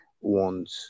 want